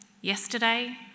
yesterday